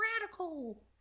radical